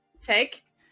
Take